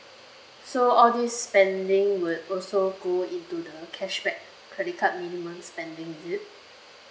so on this spending would also go into the cashback credit card minimum spending is it